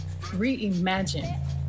reimagine